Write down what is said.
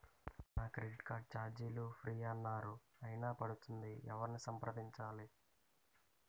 నా credit card ఛార్జీలు free అన్నారు అయినా పడుతుంది ఎవరిని సంప్రదించాలి?